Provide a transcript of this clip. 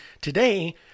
today